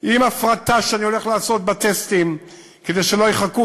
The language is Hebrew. עם הפרטה שאני הולך לעשות בטסטים כדי שלא יחכו